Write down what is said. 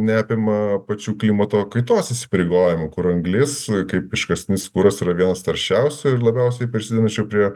neapima pačių klimato kaitos įsipareigojimų kur anglis kaip iškastinis kuras yra vienas taršiausių ir labiausiai prisidedančių prie